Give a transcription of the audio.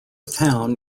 town